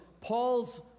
Paul's